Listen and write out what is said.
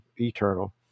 eternal